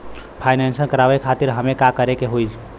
Finance करावे खातिर हमें का करे के होई?